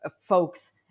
folks